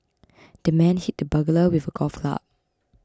the man hit the burglar with a golf club